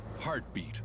Heartbeat